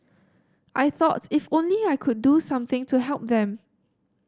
I thought if only I could do something to help them